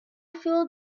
feel